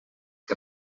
que